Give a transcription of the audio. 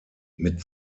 mit